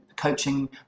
coaching